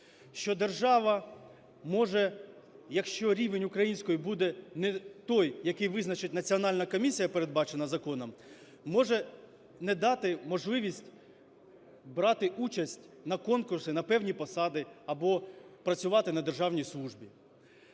що держава може, якщо рівень української буде не той, який визначить національна комісія, передбачена законом, може не дати можливість брати участь на конкурси на певні посади або працювати на державній службі.